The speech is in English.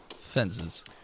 fences